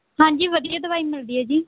ਹਾਂਜੀ ਵਧੀਆ ਦਵਾਈ ਮਿਲਦੀ ਹੈ ਜੀ